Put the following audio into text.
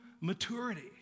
maturity